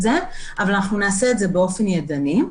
זה אבל אנחנו נעשה את זה באופן ידני.